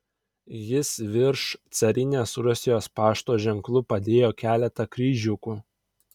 jis virš carinės rusijos pašto ženklų padėjo keletą kryžiukų